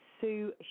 Sue